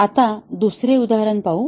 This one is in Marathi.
आता दुसरे उदाहरण पाहू